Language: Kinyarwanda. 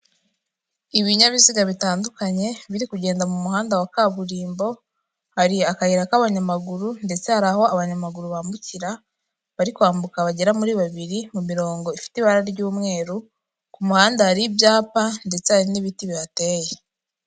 Ibinyabiziga bitandukanye biri kugenda mu muhanda wa kaburimbo, hari akayira k'abanyamaguru ndetse hari aho abanyamaguru bambukira bari kwambuka bagera muri babiri mu mirongo ifite ibara ry'umweru. Ku muhanda hari ibyapa ndetse hari n'ibiti bihateye.